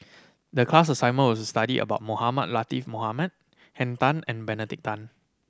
the class assignment was to study about Mohamed Latiff Mohamed Henn Tan and Benedict Tan